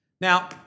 Now